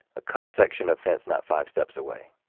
a cut section of fence not five steps away,